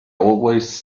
always